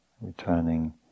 returning